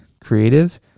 creative